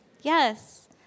Yes